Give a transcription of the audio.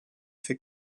fait